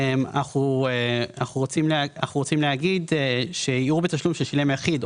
אנחנו רוצים להגיד --- בתשלום ששילם יחיד,